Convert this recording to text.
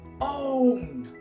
own